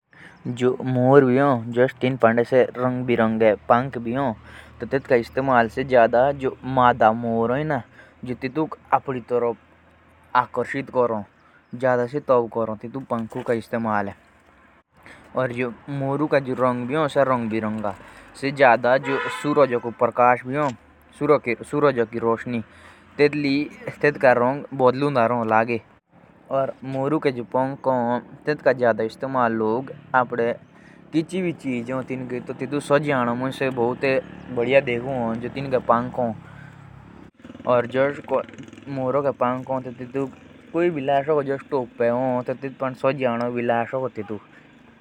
जुष मोर भी हो तो जो तिनके रंग बिरंगे जो पंख भी हो। और जो मोरो के पंखु का रंग भी हो सेजा सूरज कर सेख हो ली रो बदलूड़ा लागे। और मोरू के पंख जादा सजावटो दे कम।